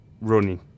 running